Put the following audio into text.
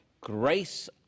grace